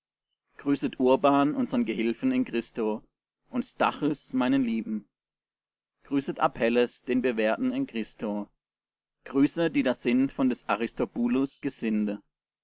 grüßet urban unsern gehilfen in christo und stachys meinen lieben grüßet apelles den bewährten in christo grüßet die da sind von des aristobulus gesinde